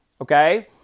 okay